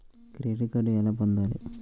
Credit card ఎలా పొందాలి?